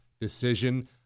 decision